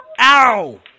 Ow